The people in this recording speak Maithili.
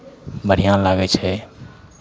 बढ़िआँ लागै छै